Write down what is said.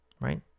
right